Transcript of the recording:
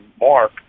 Mark